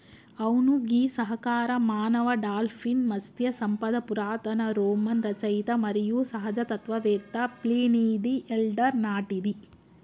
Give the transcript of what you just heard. అవును గీ సహకార మానవ డాల్ఫిన్ మత్స్య సంపద పురాతన రోమన్ రచయిత మరియు సహజ తత్వవేత్త ప్లీనీది ఎల్డర్ నాటిది